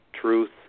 truth